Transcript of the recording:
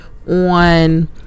On